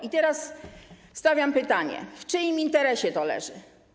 I teraz stawiam pytanie, w czyim interesie to leży.